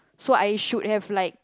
so I should have like